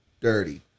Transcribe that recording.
dirty